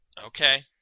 Okay